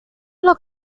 los